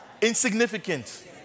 insignificant